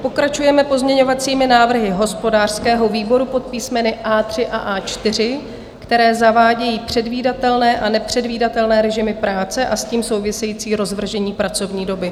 Pokračujeme pozměňovacími návrhy hospodářského výboru pod písmeny A3 a A4, které zavádějí předvídatelné a nepředvídatelné režimy práce a s tím související rozvržení pracovní doby.